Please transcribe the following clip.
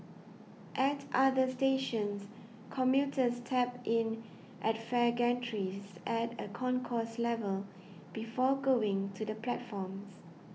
at other stations commuters tap in at fare gantries at a concourse level before going to the platforms